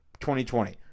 2020